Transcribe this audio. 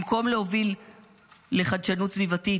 במקום להוביל לחדשנות סביבתית,